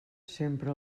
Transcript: sempre